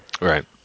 Right